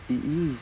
it is